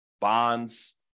bonds